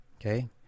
okay